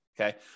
okay